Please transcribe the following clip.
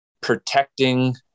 protecting